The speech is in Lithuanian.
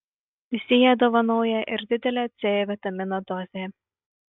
visi jie dovanoja ir didelę c vitamino dozę